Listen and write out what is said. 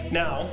now